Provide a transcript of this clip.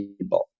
people